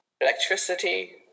electricity